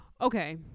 Okay